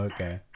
Okay